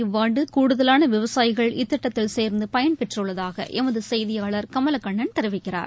இவ்வாண்டுகூடுதலானவிவசாயிகள் இத்திட்டத்தில் கடந்தஆண்டைவிட சேர்ந்துபயன்பெற்றுள்ளதாகஎமதுசெய்தியாளர் கமலக்கண்ணன் தெரிவிக்கிறார்